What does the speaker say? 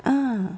ah